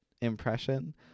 impression